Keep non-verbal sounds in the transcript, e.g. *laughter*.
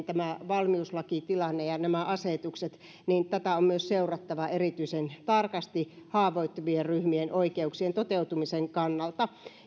*unintelligible* tämä valmiuslakitilanne ja nämä asetukset ovat niin poikkeukselliset tätä on myös seurattava erityisen tarkasti haavoittuvien ryhmien oikeuksien toteutumisen kannalta